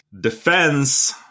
defense